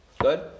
Good